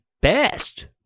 best